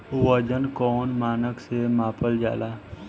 वजन कौन मानक से मापल जाला?